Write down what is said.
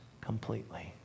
completely